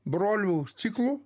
brolių ciklu